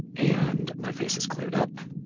and my face is cleared up.